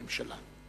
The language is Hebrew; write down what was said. בממשלה.